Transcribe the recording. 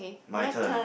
my turn